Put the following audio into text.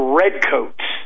redcoats